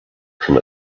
from